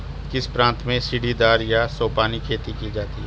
किस प्रांत में सीढ़ीदार या सोपानी खेती की जाती है?